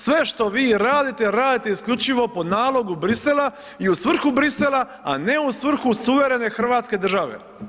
Sve što vi radite, radite isključivo po nalogu Bruxellesa i u svrhu Bruxellesa, a ne u svrhu suverene hrvatske države.